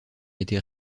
été